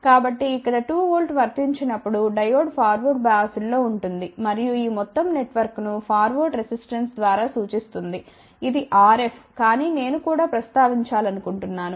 కాబట్టి ఇక్కడ 2 వోల్ట్ వర్తించినప్పుడు డయోడ్ ఫార్వర్డ్ బయాస్డ్ లో ఉంటుంది మరియు ఈ మొత్తం నెట్వర్క్ను ఫార్వర్డ్ రెసిస్టెన్స్ ద్వారా సూచిస్తుంది ఇది RF కానీ నేను కూడా ప్రస్తావించాలనుకుంటున్నాను